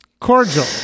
cordial